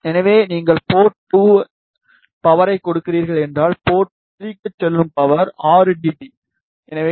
எனவே நீங்கள் போர்ட் 2 இல் பவர்யைக் கொடுக்கிறீர்கள் என்றால் போர்ட் 3 க்குச் செல்லும் பவர் 6 டி